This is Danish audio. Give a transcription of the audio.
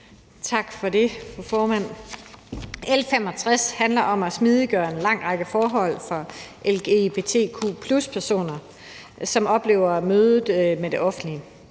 Tak for det, fru formand. L 65 handler om at smidiggøre en lang række forhold for lgbtq+-personer, som oplever mødet med det offentlige.